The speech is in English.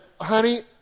honey